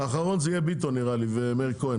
האחרון יהיה ביטון ומאיר כהן.